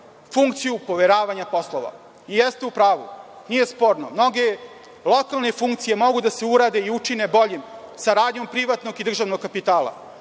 funkciju poveravanja poslova. I jeste u pravu, nije sporno, mnoge lokalne funkcije mogu da se urade i učine boljim saradnjom privatnog i državnog kapitala. Ali,